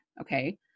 okay